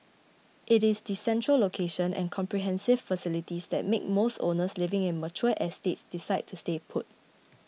it is the central location and comprehensive facilities that make most owners living in mature estates decide to stay put